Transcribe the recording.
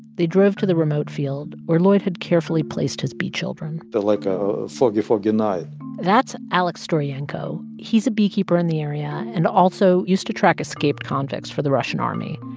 they drove to the remote field where lloyd had carefully placed his bee children like ah foggy, foggy night that's alex storenko. he's a beekeeper in the area and also used to track escaped convicts for the russian army.